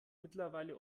mittlerweile